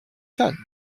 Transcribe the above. cannes